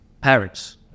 parents